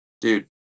dude